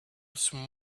some